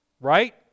right